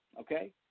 okay